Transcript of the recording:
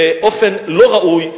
באופן לא ראוי,